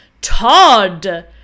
Todd